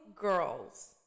girls